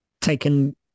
taken